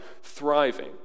thriving